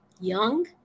young